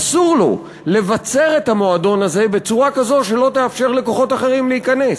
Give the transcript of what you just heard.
אסור לו לבצר את המועדון הזה בצורה כזו שלא תאפשר לכוחות אחרים להיכנס.